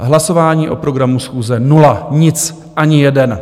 Hlasování o programu schůze nula, nic, ani jeden.